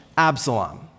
Absalom